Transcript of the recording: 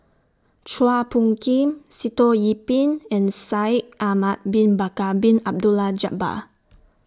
Chua Phung Kim Sitoh Yih Pin and Shaikh Ahmad Bin Bakar Bin Abdullah Jabbar